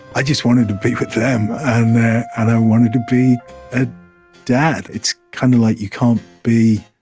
i just wanted to be with them and i wanted to be a dad. it's kind of like you can't be,